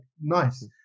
nice